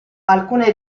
alcune